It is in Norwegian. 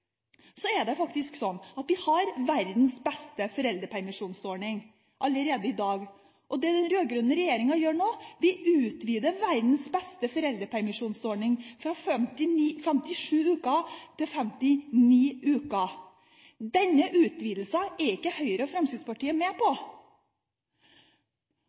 Så er det slik at vi har verdens beste foreldrepermisjonsordning allerede i dag. Det den rød-grønne regjeringen gjør nå, er å utvide verdens beste foreldrepermisjonsordning fra 57 uker til 59 uker. Denne utvidelsen er ikke Høyre og Fremskrittspartiet med på.